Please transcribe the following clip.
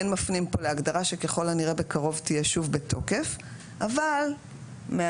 כן מפנים פה להגדרה שככול הנראה בקרוב תהיה שוב בתוקף אבל מהסיבה